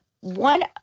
one